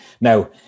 Now